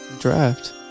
draft